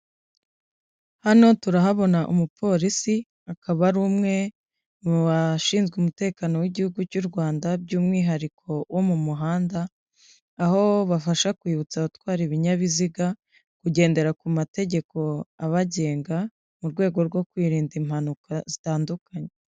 Hano turahabona umupolisi, akaba ari umwe mu bashinzwe umutekano w'igihugu cy'u Rwanda by'umwihariko wo mu muhanda, aho bafasha kwibutsa abatwara ibinyabiziga kugendera ku mategeko abagenga mu rwego rwo kwirinda impanuka zitandukanye.